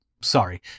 sorry